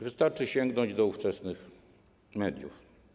Wystarczy sięgnąć do ówczesnych mediów.